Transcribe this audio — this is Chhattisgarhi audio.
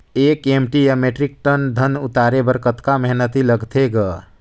एक एम.टी या मीट्रिक टन धन उतारे बर कतका मेहनती लगथे ग?